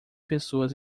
pessoas